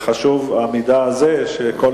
והמידע הזה חשוב,